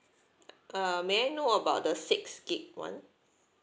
uh may I know about the six gig [one]